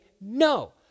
no